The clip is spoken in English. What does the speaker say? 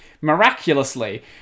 miraculously